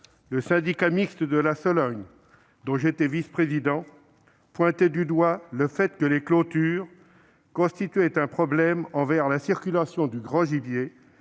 le syndicat mixte de la Sologne, dont j'étais vice-président, pointait du doigt le fait que les clôtures « constituaient un problème pour la circulation du grand gibier,